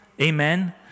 Amen